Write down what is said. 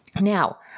Now